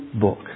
book